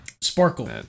Sparkle